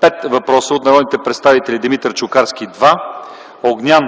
пет въпроса от народните представители Димитър Чукарски – два въпроса, Огнян